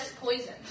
poison